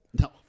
No